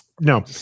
no